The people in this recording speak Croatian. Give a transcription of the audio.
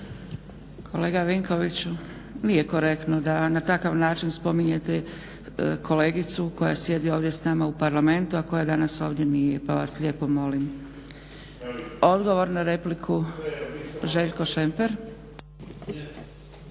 Kolega Vinkoviću, nije korektno da na takav način spominjete kolegicu koja sjedi ovdje s nama u Parlamentu a koja danas ovdje nije, pa vas lijepo molim. Željko Šemper.